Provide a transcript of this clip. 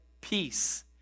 peace